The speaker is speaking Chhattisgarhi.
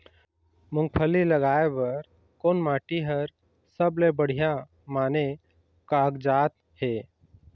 मूंगफली लगाय बर कोन माटी हर सबले बढ़िया माने कागजात हे?